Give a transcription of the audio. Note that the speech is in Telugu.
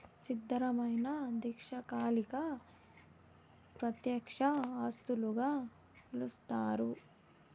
స్థిరమైన దీర్ఘకాలిక ప్రత్యక్ష ఆస్తులుగా పిలుస్తారు